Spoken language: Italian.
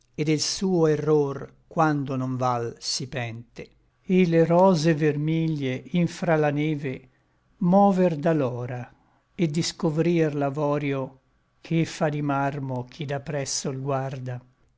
et del suo error quando non val si pente et le rose vermiglie in fra le neve mover da l'òra et discovrir l'avorio che fa di marmo chi da presso l guarda